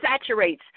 saturates